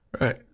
Right